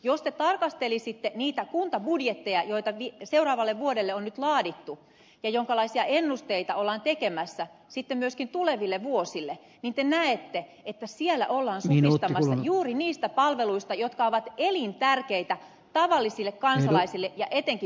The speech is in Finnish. jos te tarkastelisitte niitä kuntabudjetteja joita seuraavalle vuodelle on nyt laadittu ja jonkalaisia ennusteita ollaan tekemässä sitten myöskin tuleville vuosille niin te näette että siellä ollaan supistamassa juuri niistä palveluista jotka ovat elintärkeitä tavallisille kansalaisille ja etenkin pienituloisille